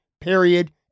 period